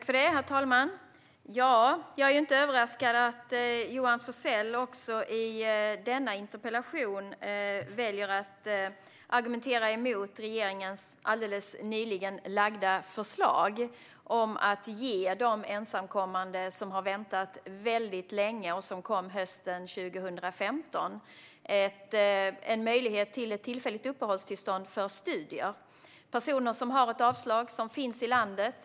Herr talman! Jag är inte överraskad över att Johan Forssell också i denna interpellationsdebatt väljer att argumentera emot regeringens alldeles nyligen framlagda förslag om att ge de ensamkommande som har väntat väldigt länge och som kom hösten 2015 en möjlighet till ett tillfälligt uppehållstillstånd för studier. Det är personer som har ett avslag och som finns i landet.